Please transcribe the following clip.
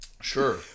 Sure